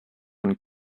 und